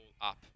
up